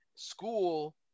school